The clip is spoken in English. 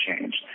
changed